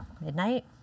midnight